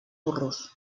burros